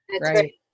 right